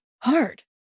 hard